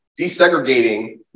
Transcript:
desegregating